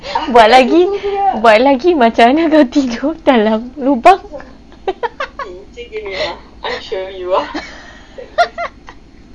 buat lagi buat lagi macam mana kau tidur dalam lubang